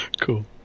Cool